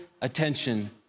attention